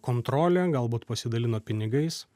kontrole galbūt pasidalino pinigais